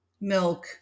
milk